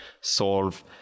solve